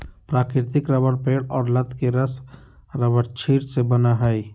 प्राकृतिक रबर पेड़ और लत के रस रबरक्षीर से बनय हइ